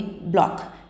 block